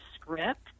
script